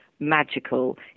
magical